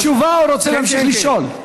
אתה רוצה תשובה או רוצה להמשיך לשאול?